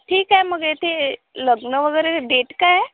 ठीक आहे मग ते लग्न वगैरे डेट काय आहे